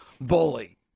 Bully